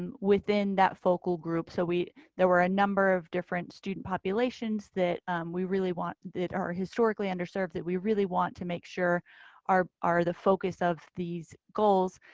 and within that focal group, so we there were a number of different student populations that we really want that are historically underserved that we really want to make sure are are the focus of these goals.